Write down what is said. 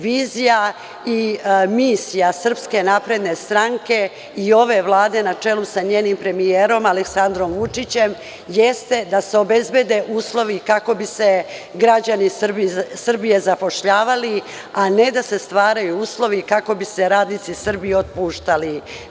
Vizija i misija SNSi ove Vlade na čelu sa njenim premijerom Aleksandrom Vučićemjeste da se obezbede uslovi kako bi se građani Srbije zapošljavali, a ne da se stvaraju uslovi kako bi se radnici Srbije otpuštali.